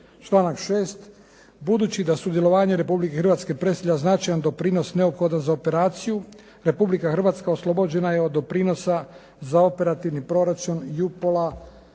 6. budući da sudjelovanje Republike Hrvatske predstavlja značajan doprinos neophodan za operaciju, Republika Hrvatska oslobođena je od doprinosa za operativni proračun Jupol-a